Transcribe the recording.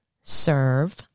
serve